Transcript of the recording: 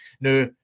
Now